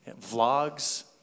vlogs